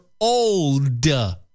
old